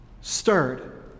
stirred